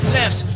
left